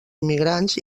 immigrants